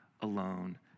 alone